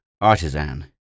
artisan